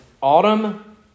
autumn